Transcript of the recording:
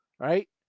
Right